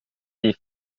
die